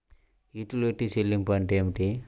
యుటిలిటీల చెల్లింపు అంటే ఏమిటి?